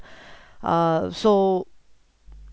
uh so